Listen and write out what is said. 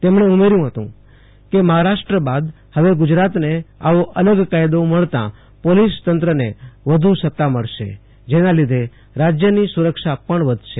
તેમણે ઉમેર્યું હતું કે મહારાષ્ટ્ર બાદ હવે ગુજરાતને આવો અલગ કાયદો મળતા પોલીસ તંત્રને વધુ સત્તા મળશે જેના લીધે રાજ્યની સુરક્ષા પણ વધશે